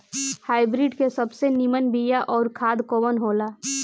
Hybrid के सबसे नीमन बीया अउर खाद कवन हो ला?